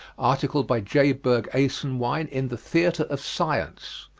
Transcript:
article by j. berg esenwein in the theatre of science,